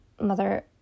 Mother